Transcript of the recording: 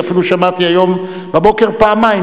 אני אפילו שמעתי היום בבוקר פעמיים,